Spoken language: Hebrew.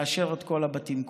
ולאשר את כל הבתים כולם.